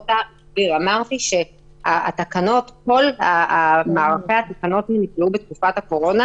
אמרתי שכל מערכי התקנות שנקבעו בתקופת הקורונה